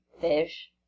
fish